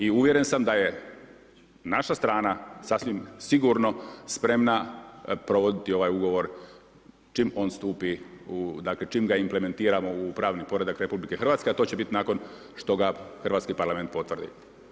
I uvjeren sam da je naša strana sasvim sigurno spremna provoditi ovaj ugovor čim on stupi, dakle čim ga implementiramo u pravni poredak RH, a to će bit nakon što ga Hrvatski parlament potvrdi.